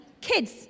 kids